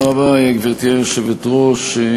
גברתי היושבת-ראש,